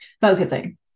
Focusing